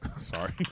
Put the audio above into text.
Sorry